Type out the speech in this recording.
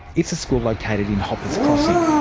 it's a school located in hoppers crossing,